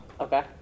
Okay